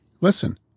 listen